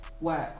work